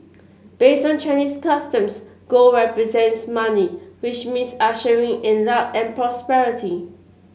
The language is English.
based on Chinese customs gold represents money which means ushering in luck and prosperity